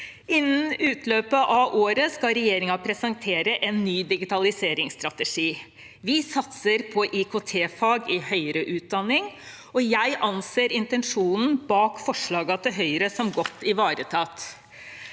Innen utløpet av året skal regjeringen presentere en ny digitaliseringsstrategi. Vi satser på IKT-fag i høyere utdanning, og jeg anser intensjonen bak forslagene til Høyre som godt ivaretatt.